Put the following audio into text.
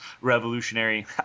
revolutionary